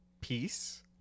peace